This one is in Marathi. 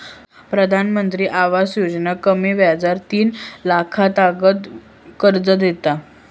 प्रधानमंत्री आवास योजना कमी व्याजार तीन लाखातागत कर्ज देता